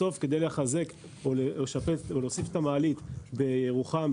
בסוף כדי לחזק או להוסיף מעלית בירוחם,